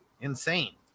Insane